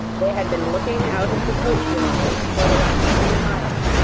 they had been looking out of the coach-windows for the last few miles,